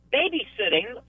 babysitting